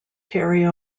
terry